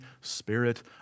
Spirit